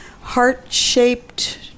heart-shaped